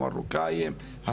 המרוקאים,